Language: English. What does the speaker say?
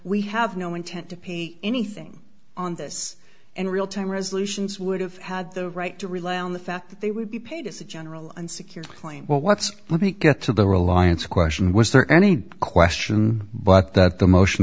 we have no intent to pay anything on this in real time resolutions would have had the right to rely on the fact that they would be paid as a general and secure claim what's let me get to the reliance question was there any question but that the motion